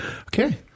Okay